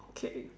okay